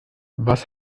was